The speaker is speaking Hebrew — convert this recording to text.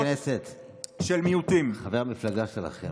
חברי הכנסת, חבר המפלגה שלכם מדבר.